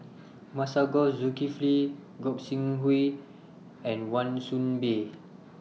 Masagos Zulkifli Gog Sing Hooi and Wan Soon Bee